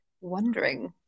wondering